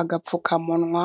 Agapfukamunwa,